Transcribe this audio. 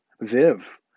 Viv